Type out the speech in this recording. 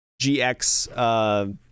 GX